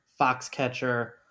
Foxcatcher